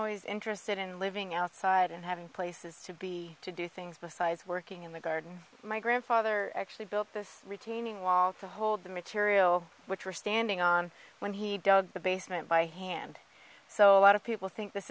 always interested in living outside and having places to be to do things besides working in the garden my grandfather actually built this retaining wall to hold the material which we're standing on when he dug the basement by hand so a lot of people think this